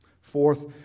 Fourth